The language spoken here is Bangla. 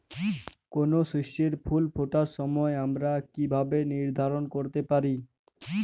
কোনো শস্যের ফুল ফোটার সময় আমরা কীভাবে নির্ধারন করতে পারি?